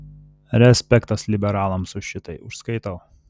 respektas liberalams už šitai užskaitau